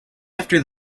after